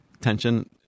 tension